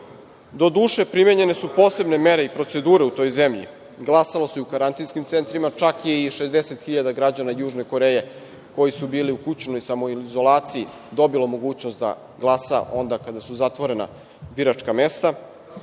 Doduše, primenjene su posebne mere i procedure u toj zemlji. Glasalo se i u karantinskim centrima. Čak je i 60.000 građana Južne Koreje, koji su bili u kućnoj samoizolaciji, dobilo mogućnost da glasa onda kada su zatvorena biračka mesta.